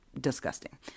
Disgusting